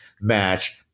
match